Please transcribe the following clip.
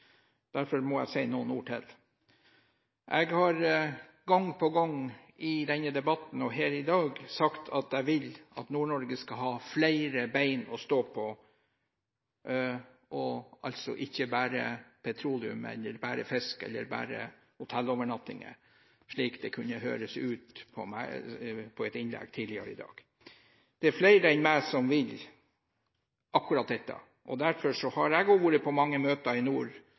Derfor må jeg si noen ord til. Jeg har gang på gang i denne debatten og her i dag sagt at jeg vil at Nord-Norge skal ha flere bein å stå på, altså ikke bare petroleum, bare fisk eller bare hotellovernattinger, slik det kunne høres ut på meg i et innlegg tidligere i dag. Det er flere enn meg som vil akkurat dette. Derfor har jeg også vært på mange møter i nord,